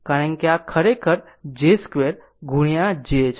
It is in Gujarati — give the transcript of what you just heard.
કારણ કે આ ખરેખર j2 ગુણ્યા j છે